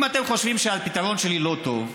אם אתם חושבים שפתרון שלי לא טוב,